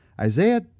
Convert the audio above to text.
Isaiah